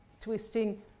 twisting